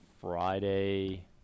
Friday –